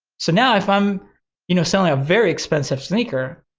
so now if i'm you know selling a very expensive sneaker,